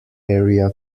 area